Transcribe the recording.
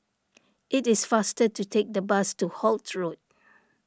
it is faster to take the bus to Holt Road